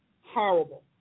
horrible